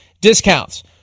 discounts